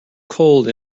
cold